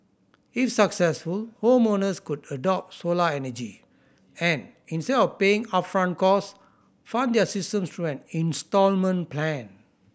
if successful homeowners could adopt solar energy and instead of paying upfront cost fund their systems through an instalment plan